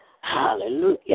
hallelujah